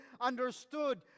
understood